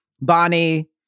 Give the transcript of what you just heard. Bonnie